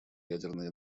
ядерной